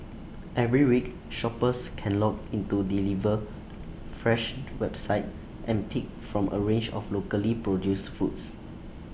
every week shoppers can log into deliver fresh website and pick from A range of locally produced foods